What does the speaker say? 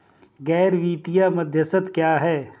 गैर वित्तीय मध्यस्थ क्या हैं?